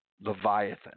Leviathan